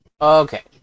Okay